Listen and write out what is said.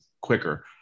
quicker